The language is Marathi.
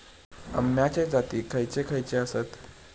अम्याचे जाती खयचे खयचे आसत?